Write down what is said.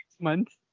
months